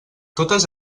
totes